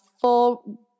full